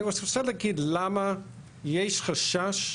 אני רוצה להגיד למה יש חשש